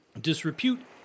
disrepute